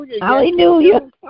Hallelujah